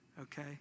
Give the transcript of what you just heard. okay